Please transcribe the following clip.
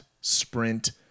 sprint